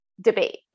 debate